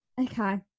Okay